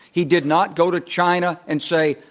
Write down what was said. he did not go to china and say,